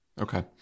Okay